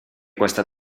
questa